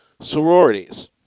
sororities